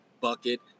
bucket